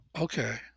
Okay